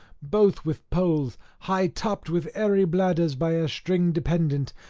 both with poles, high topped with airy bladders by a string dependent,